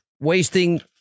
wasting